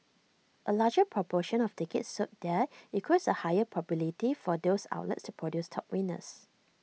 A larger proportion of tickets sold there equals A higher probability for those outlets to produce top winners